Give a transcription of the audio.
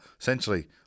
essentially